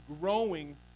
growing